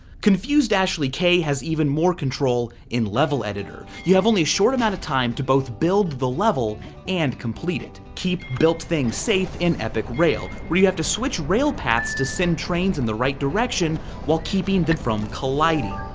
confusedashleyk has even more control in level editor. you have only a short amount of time to both build the level and complete it. keep built things safe in epic rail, where you have to switch rail paths to send trains in the right direction while keeping them from colliding.